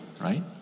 right